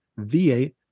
V8